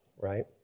right